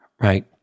right